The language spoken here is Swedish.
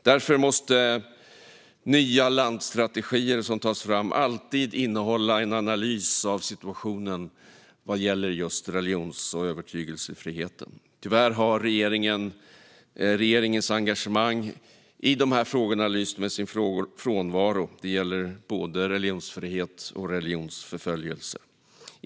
Därför måste nya landsstrategier som tas fram alltid innehålla en analys av situationen vad gäller religions och övertygelsefrihet. Tyvärr har regeringens engagemang i dessa frågor lyst med sin frånvaro - det gäller både religionsfrihet och religionsförföljelse.